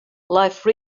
life